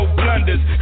blunders